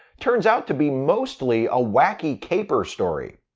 turns out to be mostly a wacky caper story.